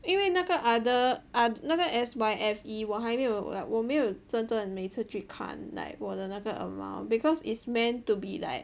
因为那个 other err 那个 Syfe 我还没有 like 我没有真真每次去看 like 我的那个 amount because is meant to be like